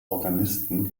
organisten